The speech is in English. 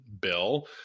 bill